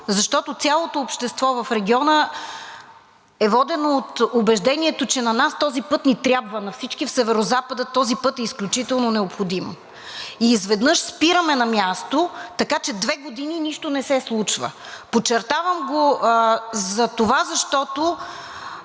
защото цялото общество в региона е водено от убеждението, че на нас този път ни трябва, на всички в Северозапада този път е изключително необходим. И изведнъж спираме на място, така че две години нищо не се случва. Подчертавам го, затова защото